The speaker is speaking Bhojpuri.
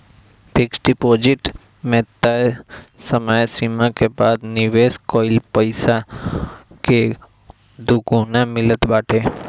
फिक्स डिपोजिट में तय समय सीमा के बाद निवेश कईल पईसा कअ दुगुना मिलत बाटे